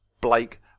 blake